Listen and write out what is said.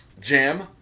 Jam